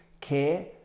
care